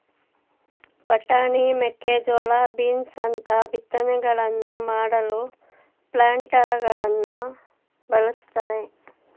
ಬಟಾಣಿ, ಮೇಕೆಜೋಳ, ಬೀನ್ಸ್ ಅಂತ ಬಿತ್ತನೆಗಳನ್ನು ಮಾಡಲು ಪ್ಲಾಂಟರಗಳನ್ನು ಬಳ್ಸತ್ತರೆ